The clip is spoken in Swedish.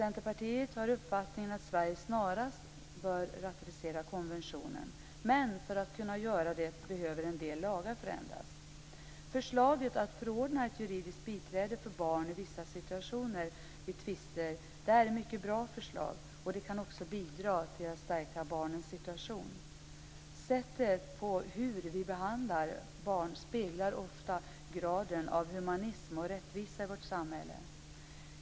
Centerpartiet har uppfattningen att Sverige snarast bör ratificera konventionen. Men för att man skall kunna göra det behöver en del lagar förändras. Förslaget att förordna ett juridiskt biträde för barn i vissa situationer vid tvister är ett bra förslag som kan bidra till att stärka barnets situation. Sättet på vilket vi behandlar barn speglar ofta graden av humanism och rättvisa i vårt samhälle.